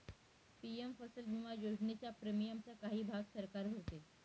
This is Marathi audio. पी.एम फसल विमा योजनेच्या प्रीमियमचा काही भाग सरकार भरते